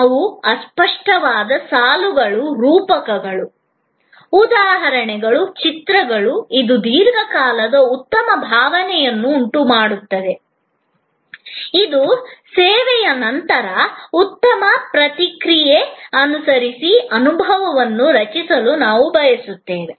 ನಾವು ಸ್ಪಷ್ಟವಾದ ಸಾಲುಗಳು ರೂಪಕಗಳು ಉದಾಹರಣೆಗಳು ಚಿತ್ರಗಳು ಇದು ದೀರ್ಘಕಾಲದ ಉತ್ತಮ ಭಾವನೆಯನ್ನು ಉಂಟುಮಾಡುತ್ತದೆ ಇದು ಸೇವೆಯ ಸೇವನೆಯ ನಂತರ ಉತ್ತಮ ಪ್ರತಿಕ್ರಿಯೆ ಅನಿಸಿಕೆ ಅನುಭವವನ್ನು ರಚಿಸಲು ನಾವು ಬಯಸುತ್ತೇವೆ